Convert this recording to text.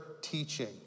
teaching